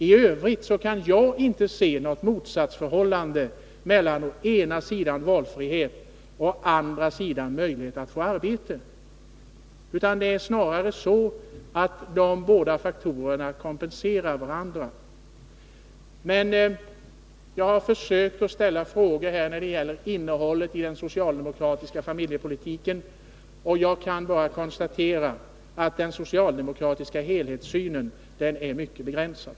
I övrigt kan jag inte se något motsatsförhållande mellan å ena sidan valfrihet och å andra sidan möjlighet att få arbete. Det är snarare så att de båda faktorerna kompenserar varandra. Jag har här ställt frågor om innehållet i den socialdemokratiska familjepolitiken. Jag kan bara konstatera att den socialdemokratiska helhetssynen är mycket begränsad.